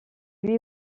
lui